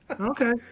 Okay